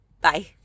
Bye